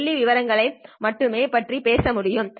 புள்ளிவிவரங்களை மட்டுமே பற்றி பேச முடியும்